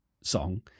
song